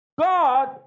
God